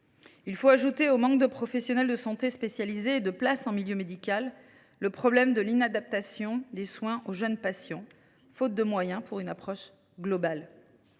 les frais. Au manque de professionnels de santé spécialisés et de places en milieu médical s’ajoute le problème de l’inadaptation des soins pour les jeunes patients, faute de moyens pour une approche globale.